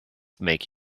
make